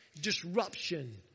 disruption